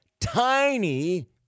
tiny